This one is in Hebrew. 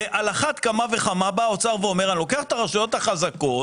על אחת כמה וכמה בא האוצר ואומר שהוא לוקח את הרשויות החזקות